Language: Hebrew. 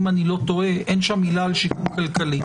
אם אני לא טועה אין שם מילה על שיקום כלכלי.